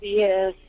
yes